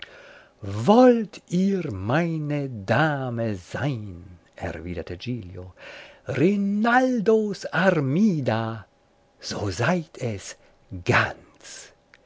wollt ihr meine dame sein erwiderte giglio rinaldos armida so seid es ganz